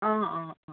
অঁ অঁ অঁ